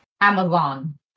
Amazon